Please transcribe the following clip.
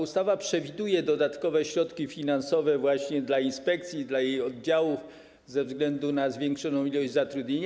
Ustawa przewiduje dodatkowe środki finansowe właśnie dla inspekcji i dla jej oddziałów ze względu na zwiększone zatrudnienie.